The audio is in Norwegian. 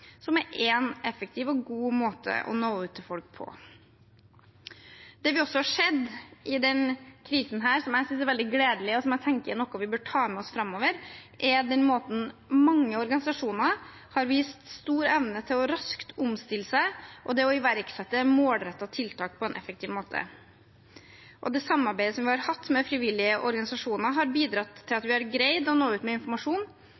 som er én effektiv og god måte å nå ut til folk på. I denne krisen har vi også sett noe som jeg synes er veldig gledelig, og som jeg synes vi bør ta med oss framover, og det er måten mange organisasjoner har vist stor evne til raskt å omstille seg og iverksette målrettede tiltak effektivt på. Det samarbeidet vi har hatt med frivillige organisasjoner, har bidratt til at vi har greid å nå ut med informasjon.